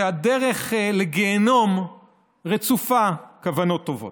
שהדרך לגיהינום רצופה כוונות טובות.